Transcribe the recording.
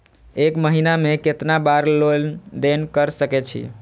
एक महीना में केतना बार लेन देन कर सके छी?